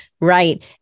right